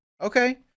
Okay